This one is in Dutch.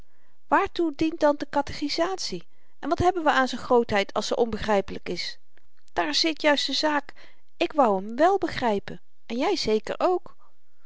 waartoe dient dan de katechizatie en wat hebben we aan z'n grootheid als ze onbegrypelyk is daar zit juist de zaak ik wou hem wèl begrypen en jy zeker ook